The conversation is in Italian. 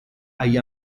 agli